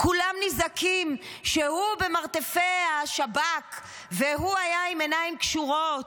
כולם נזעקים שהוא במרתפי השב"כ והוא היה עם עיניים קשורות,